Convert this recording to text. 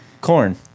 corn